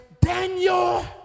Daniel